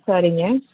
சரிங்க